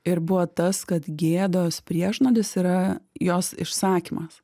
ir buvo tas kad gėdos priešnuodis yra jos išsakymas